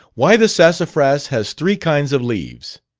why the sassafras has three kinds of leaves.